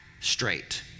straight